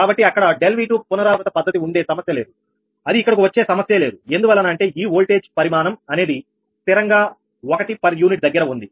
కాబట్టి అక్కడ ∆𝑉2 పునరావృత పద్ధతి ఉండే సమస్య లేదు అది ఇక్కడకు వచ్చే సమస్యే లేదు ఎందువలన అంటే ఈ ఓల్టేజ్ పరిమాణం అనేది స్థిరంగా 1 పర్ యూనిట్ దగ్గర ఉంది